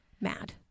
mad